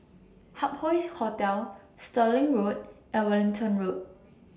Hup Hoe Hotel Stirling Road and Wellington Road